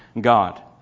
God